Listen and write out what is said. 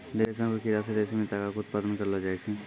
रेशम के कीड़ा से रेशमी तागा के उत्पादन करलो जाय छै